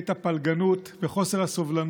את הפלגנות, ואת חוסר הסובלנות